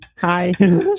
Hi